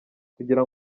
kugira